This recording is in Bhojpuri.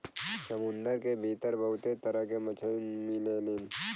समुंदर के भीतर बहुते तरह के मछली मिलेलीन